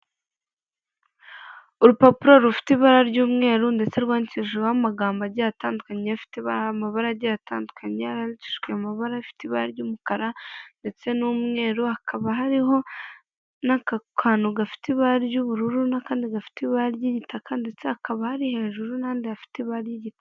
urupapuro rufite ibara ry'umweru, ndetse rwandikishijeho amagambo agiye atandukanye, afite amabaradi atandukanye, yandikishijwe mu mabara, afite ibara ry'umukara ndetse n'umweru hakaba hariho n'akakantu gafite ibara ry'ubururu, n'akandi gafite ibara ry'igitaka ndetse hakaba ari hejuru n'ahandi hafite ibara ry'igitaika.